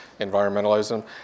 environmentalism